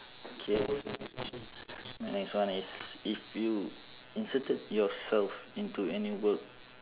K my next one is if you inserted yourself into any work